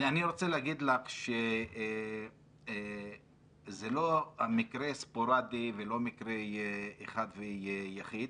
אני רוצה להגיד לך שזה לא מקרה ספורדי ולא מקרה אחד ויחיד.